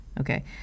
Okay